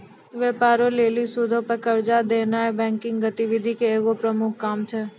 व्यापारो लेली सूदो पे कर्जा देनाय बैंकिंग गतिविधि के एगो प्रमुख काम छै